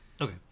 Okay